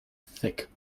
thick